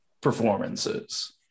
performances